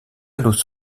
los